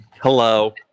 Hello